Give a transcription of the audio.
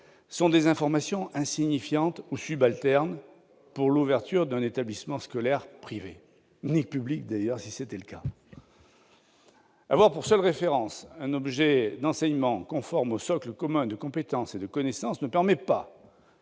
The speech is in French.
sont des informations insignifiantes ou subalternes pour l'ouverture d'un établissement scolaire privé- ou public, d'ailleurs, si la question se posait. Avoir pour seule référence un objet d'enseignement conforme au socle commun de compétences et de connaissances ne permet pas